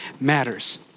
matters